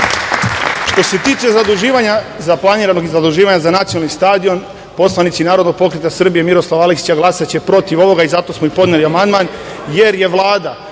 se tiče planiranog zaduživanja za Nacionalni stadion, poslanici Narodnog pokreta Srbija Miroslava Aleksića glasaće protiv ovog i zato smo i podneli amandman, jer je Vlada